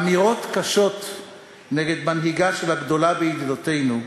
אמירות קשות נגד מנהיגה של הגדולה בידידותינו,